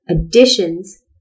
additions